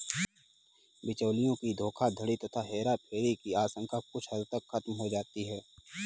बिचौलियों की धोखाधड़ी तथा हेराफेरी की आशंका कुछ हद तक खत्म हो जाती है